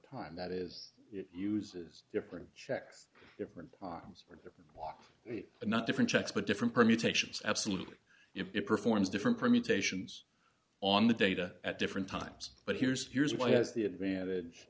time that is uses different checks different times or different walk not different checks but different permutations absolutely it performs different permutations on the data at different times but here's here's what has the advantage